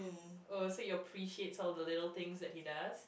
oh so you appreciates all the little things that he does